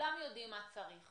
שכולם יודעים מה צריך,